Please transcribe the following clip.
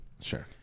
Sure